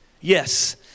Yes